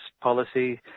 policy